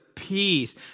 peace